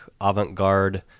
avant-garde